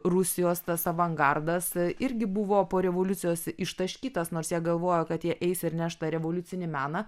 rusijos tas avangardas irgi buvo po revoliucijos ištaškytas nors jie galvojo kad jie eis ir neštą revoliucinį meną